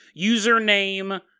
username